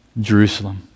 Jerusalem